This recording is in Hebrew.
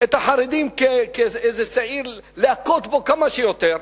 את החרדים כאיזה שעיר, להכות בו כמה שיותר.